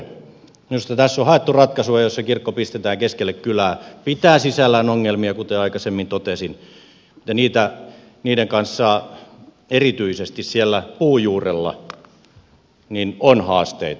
minusta tässä on haettu ratkaisua jossa kirkko pistetään keskelle kylää pitää sisällään ongelmia kuten aikaisemmin totesin ja niiden kanssa erityisesti siellä puun juurella on haasteita